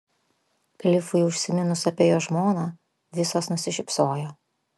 klifui užsiminus apie jo žmoną visos nusišypsojo